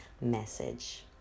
message